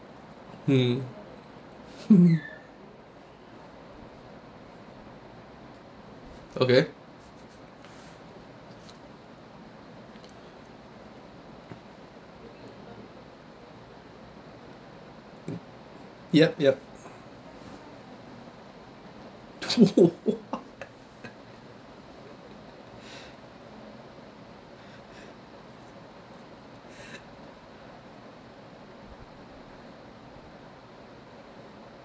hmm okay yup yup